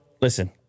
listen